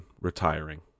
retiring